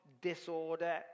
disorder